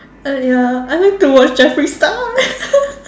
uh ya I like to watch Jeffree Star